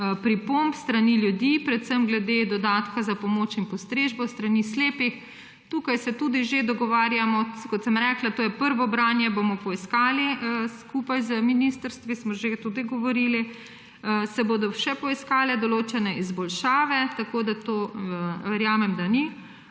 pripomb s strani ljudi, predvsem glede dodatka za pomoč in postrežbo s strani slepih. Tukaj se tudi že dogovarjamo. Kot sem rekla, to je prvo branje, bomo poiskali skupaj, z ministrstvi smo že tudi govorili, se bodo še poiskale določene izboljšave. Tako da to verjamem, da ni